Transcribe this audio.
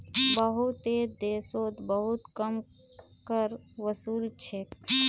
बहुतेते देशोत बहुत कम कर वसूल छेक